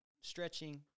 stretching